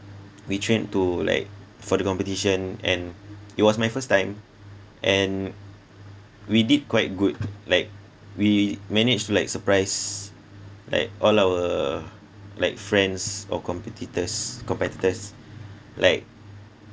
we train to like for the competition and it was my first time and we did quite good like we managed to like surprise like all our like friends or competitors competitors like